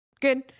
good